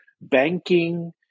banking